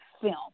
film